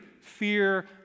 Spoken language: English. fear